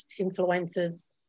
influencers